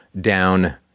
down